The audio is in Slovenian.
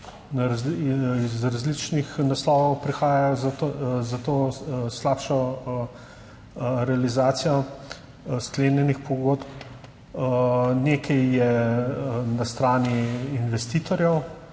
Iz različnih naslovov prihajajo za to slabšo realizacijo, sklenjenih pogodb. Nekaj je na strani investitorjev